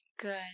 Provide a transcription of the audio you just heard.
Good